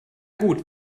gut